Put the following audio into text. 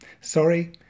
Sorry